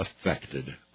affected